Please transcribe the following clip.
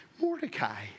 Mordecai